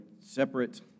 separate